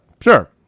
Sure